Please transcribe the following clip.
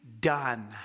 done